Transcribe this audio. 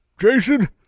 Jason